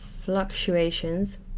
fluctuations